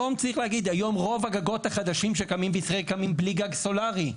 צריך להגיד שהיום רוב הגגות החדשים בישראל קמים בלי גג סולרי.